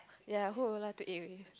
ya who would you like to eat with